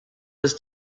was